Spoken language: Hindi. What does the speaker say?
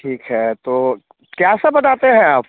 ठीक है तो कैसा बताते हैं आप